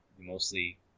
mostly